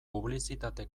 publizitate